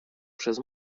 przez